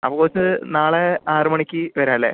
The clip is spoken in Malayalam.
അപ്പോൾ കോച്ച് നാളെ ആറു മണിക്ക് വരാമല്ലേ